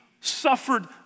suffered